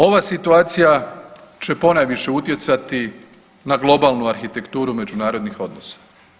Ova situacija će ponajviše utjecati na globalnu arhitekturu međunarodnih odnosa.